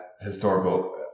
historical